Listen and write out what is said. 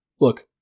Look